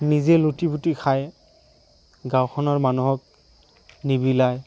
নিজে লুটি পুতি খায় গাঁওখনৰ মানুহক নিবিলায়